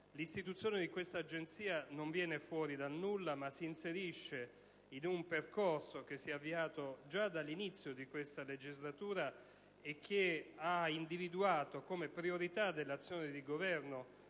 l'istituzione di questa Agenzia non viene fuori dal nulla, ma si inserisce in un percorso, avviatosi fin dall'inizio della presente legislatura, che ha individuato come priorità dell'azione del Governo,